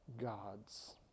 gods